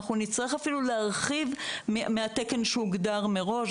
אנחנו נצטרך אפילו להרחיב את התקן שהוגדר מראש,